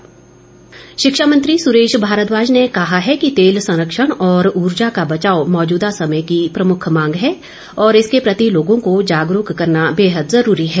सुरेश भारद्वाज शिक्षा मंत्री सुरेश भारद्दाज ने कहा है कि तेल संरक्षण और उर्जा का बचाव मौजूदा समय की प्रमुख मांग है और इसके प्रति लोगों को जागरूक करना बेहद जरूरी है